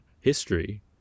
history